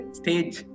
stage